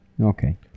Okay